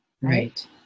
Right